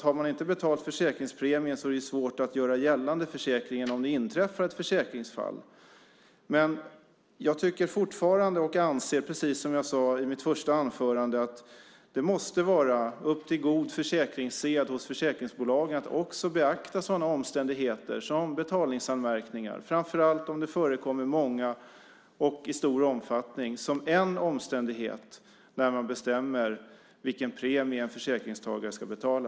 Har man inte betalat försäkringspremien är det svårt att göra gällande försäkringen om det inträffar ett försäkringsfall. Jag anser precis som jag sade i mitt första anförande att det måste vara upp till god försäkringssed hos försäkringsbolagen att också beakta sådana omständigheter som betalningsanmärkningar. Det gäller framför allt om det förekommer många och i stor omfattning. Det är en omständighet när man bestämmer vilken premie en försäkringstagare ska betala.